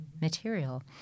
material